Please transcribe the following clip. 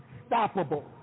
unstoppable